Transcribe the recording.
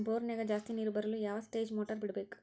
ಬೋರಿನ್ಯಾಗ ಜಾಸ್ತಿ ನೇರು ಬರಲು ಯಾವ ಸ್ಟೇಜ್ ಮೋಟಾರ್ ಬಿಡಬೇಕು?